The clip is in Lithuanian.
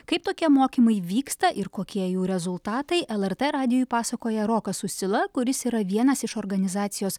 kaip tokie mokymai vyksta ir kokie jų rezultatai lrt radijui pasakoja rokas uscila kuris yra vienas iš organizacijos